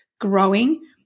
growing